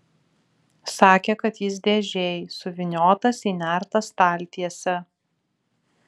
sakė kad jis dėžėj suvyniotas į nertą staltiesę